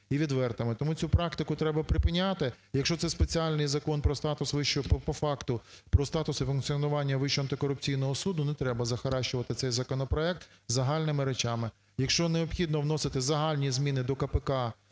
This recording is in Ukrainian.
і відвертими. Тому цю практику треба припиняти, якщо це спеціальний Закон про статус вищого, по факту, про статус і функціонування Вищого антикорупційного суду, не треба захаращувати цей законопроект загальними речами. Якщо необхідно вносити загальні зміни до КПК,